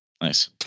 Nice